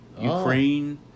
Ukraine